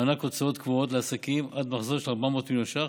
מענק הוצאות קבועות לעסקים עד מחזור של 400 מיליון שקלים,